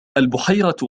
البحيرة